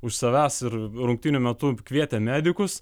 už savęs ir rungtynių metu kvietė medikus